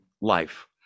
life